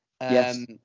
Yes